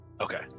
Okay